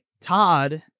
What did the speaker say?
Todd